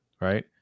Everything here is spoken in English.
Right